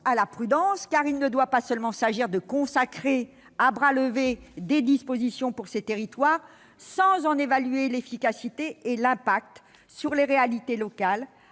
à la prudence, car il ne doit pas seulement s'agir de consacrer à main levée des dispositions pour ces territoires. Encore faut-il en évaluer l'efficacité et l'impact sur les réalités locales,